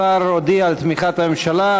השר הודיע על תמיכת הממשלה.